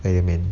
iron man